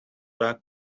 back